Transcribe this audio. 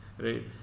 right